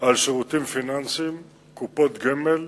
על שירותים פיננסיים (קופות גמל).